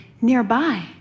nearby